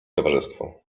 towarzystwo